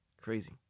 Crazy